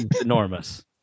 enormous